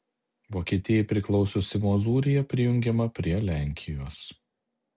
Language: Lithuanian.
vokietijai priklausiusi mozūrija prijungiama prie lenkijos